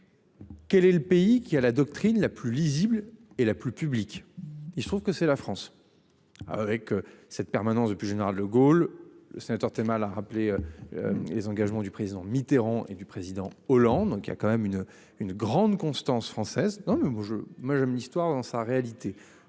Quel est le pays qui a la doctrine la plus lisible et la plus publique et je trouve que c'est la France. Avec cette permanence depuis le général de Gaulle le sénateur c'est mal a rappelé. Les engagements du président Mitterrand et du président Hollande, donc il y a quand même une une grande constance française non mais moi je moi j'aime l'histoire, dans sa réalité.